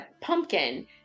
pumpkin